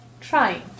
trying